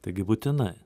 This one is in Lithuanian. taigi būtinai